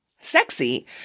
sexy